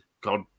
God